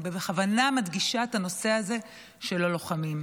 אני בכוונה מדגישה את הנושא הזה של הלוחמים.